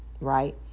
Right